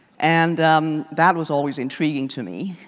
and um that was always intriguing to me